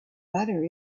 butter